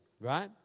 right